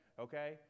Okay